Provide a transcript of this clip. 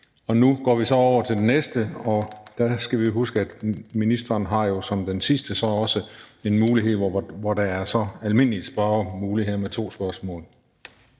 Nu går vi så over til den næste, og der skal vi huske, at ministeren jo som den sidste også har en mulighed, hvor der så er almindelig spørgemulighed med to spørgsmål.